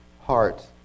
heart